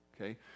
Okay